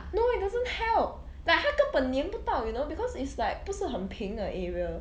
no it doesn't help like 它根本黏不到 you know because it's like 不是很平的 area